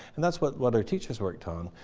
and that's what what our teachers worked on.